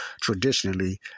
traditionally